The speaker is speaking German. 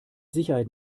sicherheit